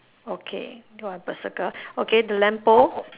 okay so I have a circle okay the lamp pole